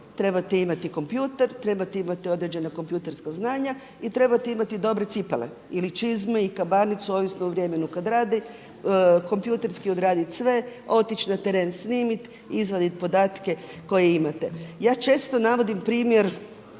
trebate imati kompjuter, trebate imati određena kompjuterska znanja i trebate imati dobre cipele ili čizme i kabanicu ovisno o vremenu kada radi, kompjuterski odraditi sve, otići na teren, snimit, izvadit podatke koje imate. Ja često navodim primjer,